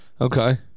Okay